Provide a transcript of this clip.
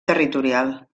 territorial